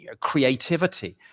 creativity